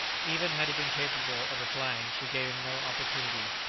even had he been capable of replying, she gave him no opportunity,